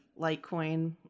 litecoin